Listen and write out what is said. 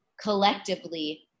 collectively